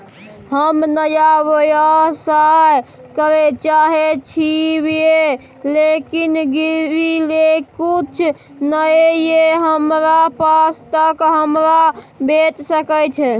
हम नया व्यवसाय करै चाहे छिये लेकिन गिरवी ले किछ नय ये हमरा पास त हमरा भेट सकै छै?